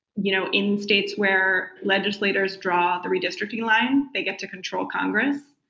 you know in states where legislators draw the redistricting line, they get to control congress,